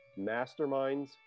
masterminds